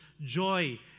joy